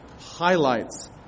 highlights